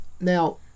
now